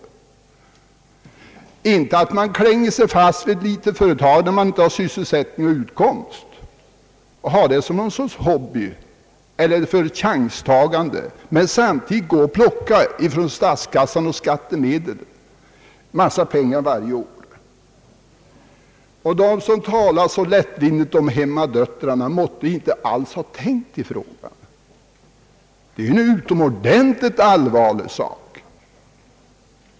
Det skall inte vara så att man klänger sig fast vid ett litet företag, där man inte har sysselsättning och utkomst, utan har företaget som någon sorts hobby eller för chanstagande, men samtidigt plockar av statskassan en massa pengar varje år. De som talar så lättvindigt om hemmadöttrarna måtte inte alls ha tänkt på frågan. Det är en utomordentligt allvarlig sak.